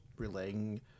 relaying